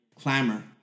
clamor